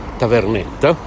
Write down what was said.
tavernetta